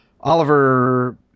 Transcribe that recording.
Oliver